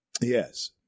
Yes